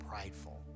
prideful